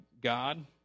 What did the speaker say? God